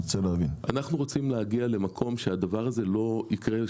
אנחנו רוצים להגיע למקום שהדבר הזה לא יקרה,